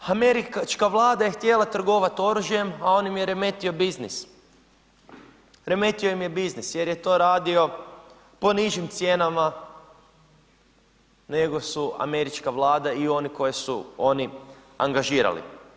Američka vlada je htjela trgovati oružjem a on im je remetio biznis, remetio im je biznis jer je to radio po nižim cijenama nego su američka vlada i one koji su oni angažirali.